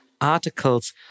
articles